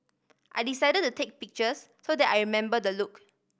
I decided to take pictures so that I remember the look